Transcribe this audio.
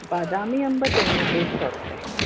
बादामी अंब त हीअं ॾेढ सौ रुपए